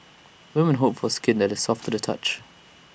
women hope for skin that is soft to the touch